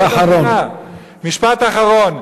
משפט אחרון.